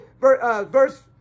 verse